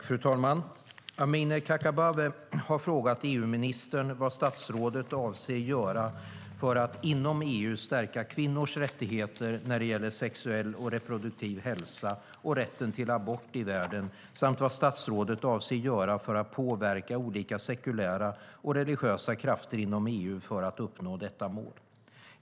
Fru talman! Amineh Kakabaveh har frågat EU-ministern vad statsrådet avser att göra för att inom EU stärka kvinnors rättigheter när det gäller sexuell och reproduktiv hälsa och rätten till abort i världen samt vad statsrådet avser att göra för att påverka olika sekulära och religiösa krafter inom EU för att uppnå detta mål.